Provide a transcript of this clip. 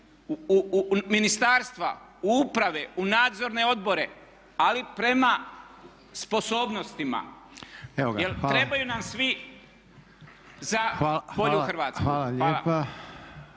u ministarstva, u uprave, u nadzorne odbore ali prema sposobnostima jer trebaju nam svi za bolju Hrvatsku.